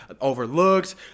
overlooked